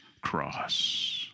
cross